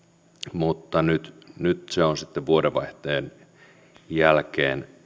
mutta nyt nyt vuodenvaihteen jälkeen